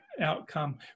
outcome